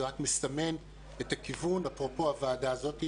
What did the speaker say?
זה רק מסמן את הכיוון אפרופו הוועדה הזאת,